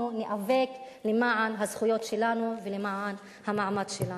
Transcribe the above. אנחנו ניאבק למען הזכויות שלנו ולמען המעמד שלנו.